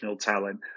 talent